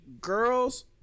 Girls